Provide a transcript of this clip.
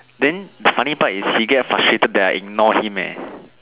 then the funny part is he get frustrated that I ignore him eh